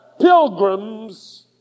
pilgrims